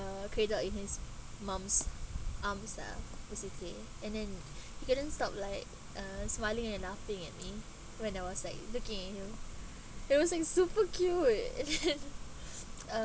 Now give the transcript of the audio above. uh cradle in his mum's arms ah who sit care and then he couldn't stop like uh smiling and laughing at me when I was like looking at you he was like super cute and uh